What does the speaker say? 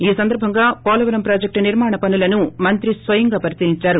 ఈ సందర్బంగా వోలవరం ప్రాజెక్షు నిర్మాణ పనులను మంత్రి స్వయంగా పరిశీలించారు